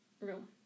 room